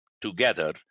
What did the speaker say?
together